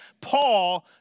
Paul